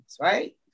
right